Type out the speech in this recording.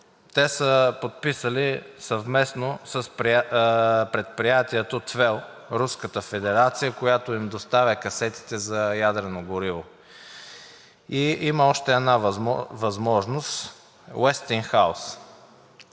те са подписали съвместно с предприятието ТВЕЛ – Руската федерация, която им доставя касетите за ядрено гориво. И има още една възможност – „Уестингхаус“.